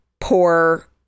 poor